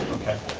okay,